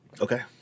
Okay